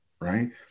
right